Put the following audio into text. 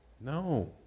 no